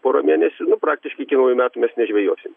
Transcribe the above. pora mėnesių nu praktiškai iki naujų metų mes nežvejosim